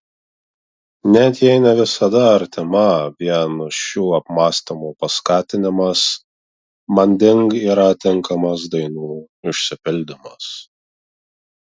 net jei ne visada artima vien šių apmąstymų paskatinimas manding yra tinkamas dainų išsipildymas